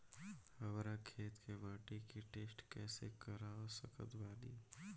हमरा खेत के माटी के टेस्ट कैसे करवा सकत बानी?